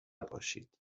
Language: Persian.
باشید